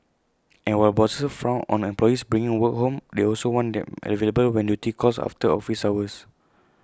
and while bosses frown on employees bringing work home they also want them available when duty calls after office hours